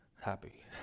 happy